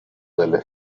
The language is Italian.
delle